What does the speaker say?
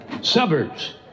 suburbs